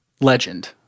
legend